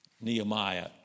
Nehemiah